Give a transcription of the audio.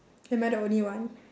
am I the only one